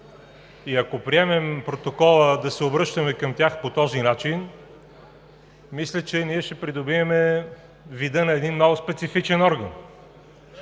Ако приемем протокола да се обръщаме към тях по този начин, мисля, че ние ще придобием вида на един много специфичен орган.